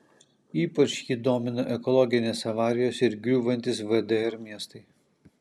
ypač jį domino ekologinės avarijos ir griūvantys vdr miestai